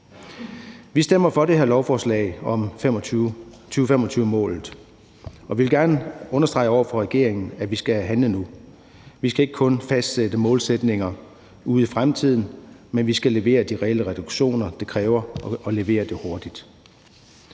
Vi stemmer for det her lovforslag om 2025-målet og vil gerne understrege over for regeringen, at vi skal have handlet nu. Vi skal ikke kun fastsætte målsætninger ude i fremtiden, men vi skal levere de reelle reduktioner, det kræver, og levere dem hurtigt.